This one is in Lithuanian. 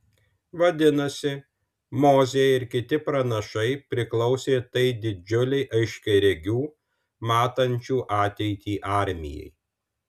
vadinasi mozė ir kiti pranašai priklausė tai didžiulei aiškiaregių matančių ateitį armijai